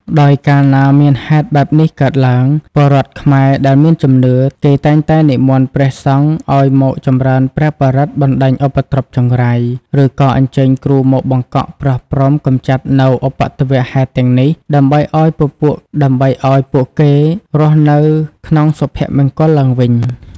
ដោយកាលណាមានហេតុបែបនេះកើតឡើង ពលរដ្ឋខ្មែរដែលមានជំនឿ គេតែងតែនិមន្តព្រះសង្ឃមកចំរើនព្រះបរិត្តបណ្ដេញឧបទ្រពចង្រៃ ឬក៏អញ្ជើញគ្រូមកបង្កក់ ប្រោះព្រំ កំចាត់នូវឧបទ្ទវហេតុទាំងនេះ ដើម្បីឱ្យពួកគេរស់នៅក្នុងសុភមង្គលឡើងវិញ ។